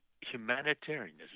Humanitarianism